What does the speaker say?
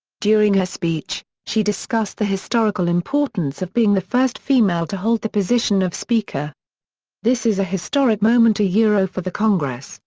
during her speech, she discussed the historical importance of being the first female to hold the position of speaker this is a historic moment yeah for the congress,